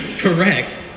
correct